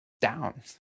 down